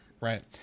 Right